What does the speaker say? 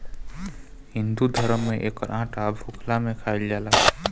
हिंदू धरम में एकर आटा भुखला में खाइल जाला